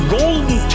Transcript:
golden